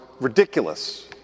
ridiculous